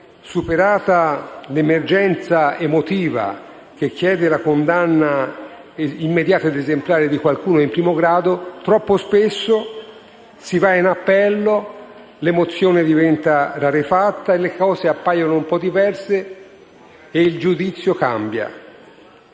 superata l'emergenza emotiva che chiede la condanna immediata ed esemplare di qualcuno in primo grado, troppo spesso si va in appello, l'emozione diventa rarefatta, le cose appaiono un po' diverse e il giudizio cambia.